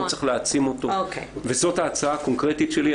צריך להעצים אותו וזאת ההצעה הקונקרטית שלי.